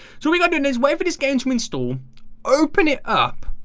so we got doing those way for this game install open it up,